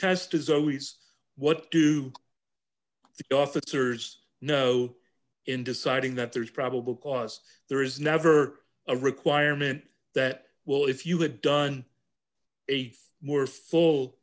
test is always what do the officers know in deciding that there's probable cause there is never a requirement that well if you had done a more full